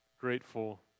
Grateful